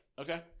Okay